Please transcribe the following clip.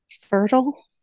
Fertile